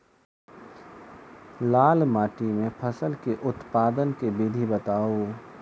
लाल माटि मे फसल केँ उत्पादन केँ विधि बताऊ?